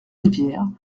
rivière